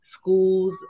schools